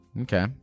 Okay